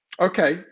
okay